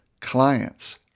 clients